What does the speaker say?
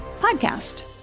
podcast